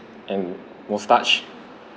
and moustache